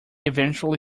eventually